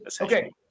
okay